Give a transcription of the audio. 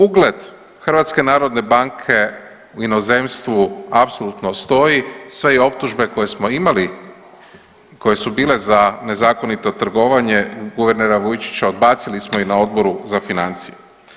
Ugled HNB-a u inozemstvu apsolutno stoji, sve i optužbe koje smo imali koje su bile za nezakonito trgovanje guvernera Vujčića odbacili smo ih Odboru za financije.